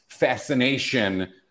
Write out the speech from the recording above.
fascination